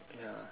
ya